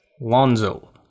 Lonzo